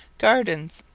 gardens,